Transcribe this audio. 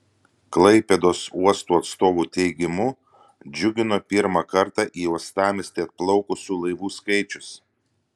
klaipėdos uosto atstovų teigimu džiugino pirmą kartą į uostamiestį atplaukusių laivų skaičius